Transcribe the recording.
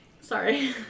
Sorry